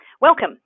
Welcome